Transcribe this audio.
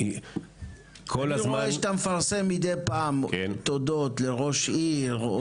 אני רואה שאתה מפרסם מדי פעם תודות לראש עיר,